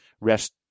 rest